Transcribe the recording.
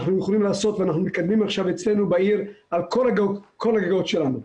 אנחנו יכולים לעשות ואנחנו מקדמים אצלנו בעיר על כל הגגות שלנו,